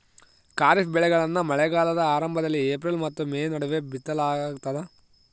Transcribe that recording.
ಖಾರಿಫ್ ಬೆಳೆಗಳನ್ನ ಮಳೆಗಾಲದ ಆರಂಭದಲ್ಲಿ ಏಪ್ರಿಲ್ ಮತ್ತು ಮೇ ನಡುವೆ ಬಿತ್ತಲಾಗ್ತದ